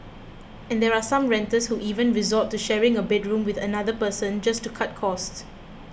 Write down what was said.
and there are some renters who even resort to sharing a bedroom with another person just to cut costs